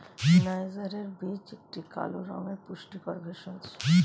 নাইজারের বীজ একটি কালো রঙের পুষ্টিকর ভেষজ